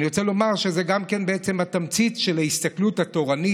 אני רוצה לומר שזו גם התמצית של ההסתכלות התורנית,